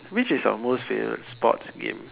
which is your most favorite sports game